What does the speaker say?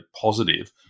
positive